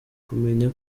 kumenya